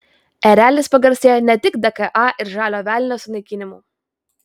erelis pagarsėjo ne tik dka ir žalio velnio sunaikinimu